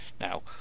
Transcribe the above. Now